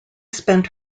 spent